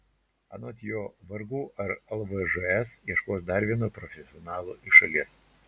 anot jo vargu ar lvžs ieškos dar vieno profesionalo iš šalies